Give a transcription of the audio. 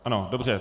Ano, dobře.